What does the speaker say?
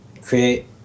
create